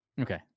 Okay